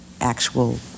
actual